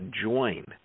join